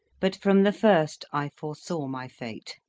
but from the first i foresaw my fate